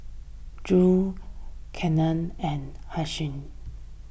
Drew Kylene and Hershell